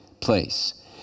place